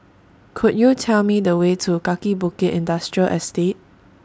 Could YOU Tell Me The Way to Kaki Bukit Industrial Estate